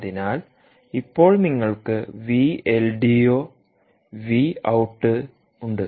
അതിനാൽ ഇപ്പോൾ നിങ്ങൾക്ക് V L D O V ഔട്ട്ഉണ്ട്